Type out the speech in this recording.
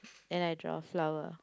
and I draw a flower